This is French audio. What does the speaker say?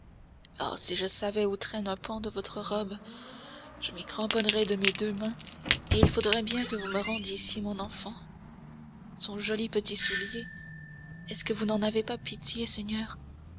oh si je savais où traîne un pan de votre robe je m'y cramponnerais de mes deux mains et il faudrait bien que vous me rendissiez mon enfant son joli petit soulier est-ce que vous n'en avez pas pitié seigneur